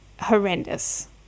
horrendous